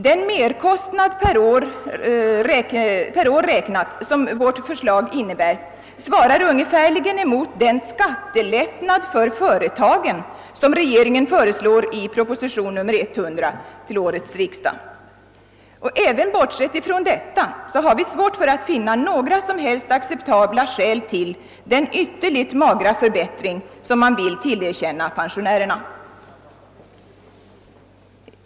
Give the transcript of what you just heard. Den merkostnad per år som vårt förslag innebär svarar ungefärligen mot den skattelättnad för företagen som regeringen föreslår i proposition nr 100 till årets riksdag. Även bortsett från detta har vi svårt att finna några som helst acceptabla skäl till den ytterligt magra förbättring som man vill tillerkänna pensionärerna.